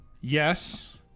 Yes